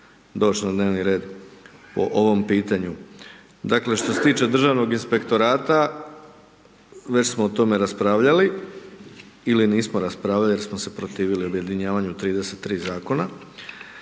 doći na dnevni red po ovom pitanju. Dakle što se tiče Državnog inspektorata već smo o tome raspravljali ili nismo raspravljali jer smo se protivili objedinjavanju 33 zakona,